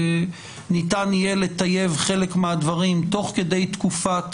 ניתן יהיה לטייב חלק מהדברים תוך כדי תקופת